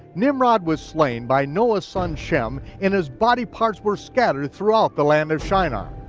nimrod was slain by noah's son shem and his body parts were scattered throughout the land of shinar.